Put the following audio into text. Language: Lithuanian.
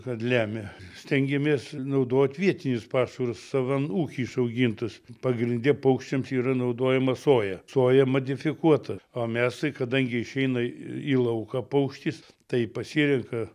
kad lemia stengiamės naudot vietinius pašarus savam ūky išaugintus pagrinde paukščiams yra naudojama soja soja modifikuota o mes kadangi išeina į lauką paukštis tai pasirenka